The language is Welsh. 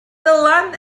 dylan